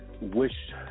wish